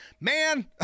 man